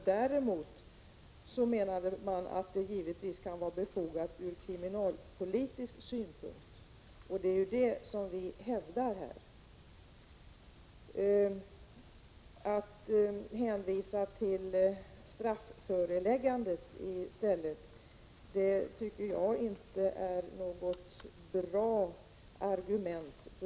Däremot, menade man, kan det givetvis vara befogat från kriminalpolitisk synpunkt, och det är det vi här hävdar. Att i stället hänvisa till strafföreläggandet tycker jag inte är något bra argument.